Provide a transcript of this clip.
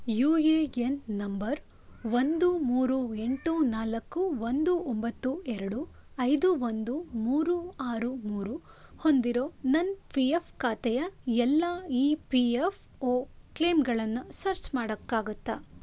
you A N number ಒಂದು ಮೂರು ಎಂಟು ನಾಲ್ಕು ಒಂದು ಒಂಬತ್ತು ಎರಡು ಐದು ಒಂದು ಮೂರು ಆರು ಮೂರು ಹೊಂದಿರೋ ನನ್ನ ಪಿ ಎಫ್ ಖಾತೆಯ ಎಲ್ಲ ಇ ಪಿ ಎಫ್ ಒ ಕ್ಲೇಮ್ಗಳನ್ನು ಸರ್ಚ್ ಮಾಡೋಕ್ಕಾಗತ್ತಾ